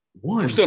One